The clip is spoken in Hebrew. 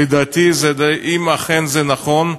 לדעתי, אם אכן זה נכון,